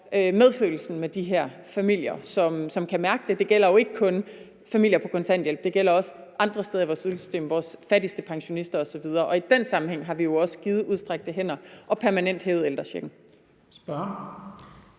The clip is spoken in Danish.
medfølelsen med de her familier, som kan mærke det. Det gælder jo ikke kun familier på kontanthjælp. Det gælder også andre steder i vores ydelsessystem: vores fattigste pensionister osv. I den sammenhæng har vi jo også givet en udstrakt hånd og permanent hævet ældrechecken.